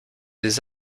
des